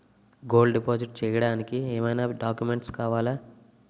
Gold deposit చేయడానికి ఏమైనా documents కావాలా?